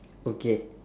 okay